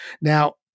Now